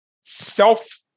self